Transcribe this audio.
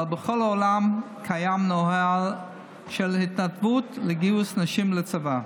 אבל בכל העולם קיים נוהל של התנדבות לגיוס נשים לצבא.